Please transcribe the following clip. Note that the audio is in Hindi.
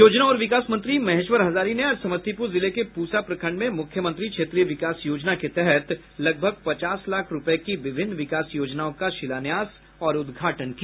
योजना और विकास मंत्री महेश्वरी हजारी ने आज समस्तीपुर जिले के पूसा प्रखंड में मुख्यमंत्री क्षेत्रीय विकास योजना के तहत लगभग पचास लाख रूपये की विभिन्न विकास योजनाओं का शिलान्यास तथा उद्घाटन किया